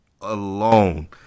alone